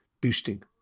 boosting